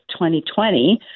2020